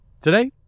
Today